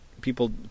people